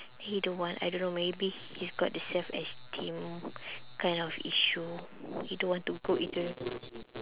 he don't want I don't know maybe he's got the self esteem kind of issue he don't want to go into